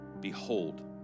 behold